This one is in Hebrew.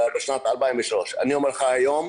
אני אומר לך היום,